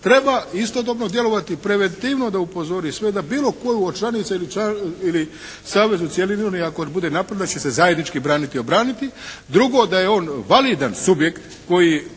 treba istodobno djelovati preventivno da upozori sve da bilo koju od članica ili savez u cjelini ili ako bude napadnut da će se zajednički braniti i obraniti. Drugo, da je on validan subjekt koji